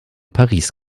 paris